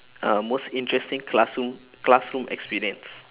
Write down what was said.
uh most interesting classroom classroom experience